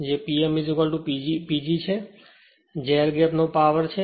જે Pm PG છે જે એર ગેપ નો પાવર છે